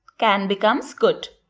can becomes could.